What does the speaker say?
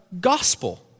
gospel